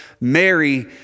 Mary